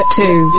two